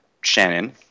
Shannon